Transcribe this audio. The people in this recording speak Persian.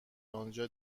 انجا